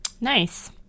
Nice